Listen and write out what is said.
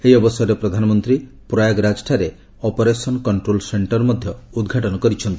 ଏହି ଅବସରରେ ପ୍ରଧାନମନ୍ତ୍ରୀ ପ୍ରୟାଗରାଜଠାରେ ଅପରେସନ୍ କଣ୍ଟ୍ରୋଲ୍ ସେଣ୍ଟର୍ ମଧ୍ୟ ଉଦ୍ଘାଟନ କରିଛନ୍ତି